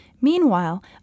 Meanwhile